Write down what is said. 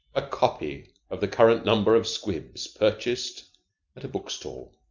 a copy of the current number of squibs, purchased at a book-stall,